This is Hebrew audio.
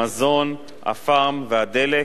בבקשה, אדוני.